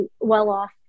well-off